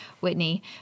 Whitney